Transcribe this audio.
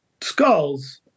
skulls